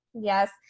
Yes